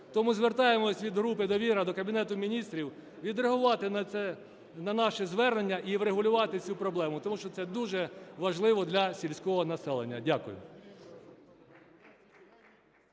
Тому звертаємося від групи "Довіра" до Кабінету Міністрів відреагувати на це, на наше звернення, і врегулювати цю проблему, тому що це дуже важливо для сільського населення. Дякую.